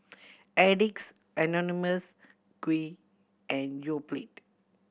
Addicts Anonymous Qoo and Yoplait